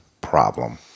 problem